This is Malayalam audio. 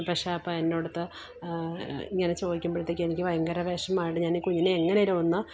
പക്ഷെ അപ്പം എന്നൊടത്ത് ഇങ്ങനെ ചോദിക്കുമ്പോഴത്തേക്ക് എനിക്ക് ഭയങ്കര വിഷമായത് കൊണ്ട് ഞാൻ ഈ കുഞ്ഞിനെ എങ്ങനേലും ഒന്ന്